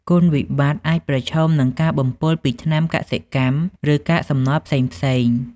គុណវិបត្តិ អាចប្រឈមនឹងការបំពុលពីថ្នាំកសិកម្ម ឬកាកសំណល់ផ្សេងៗ។